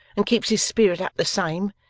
and keeps his spirit up the same,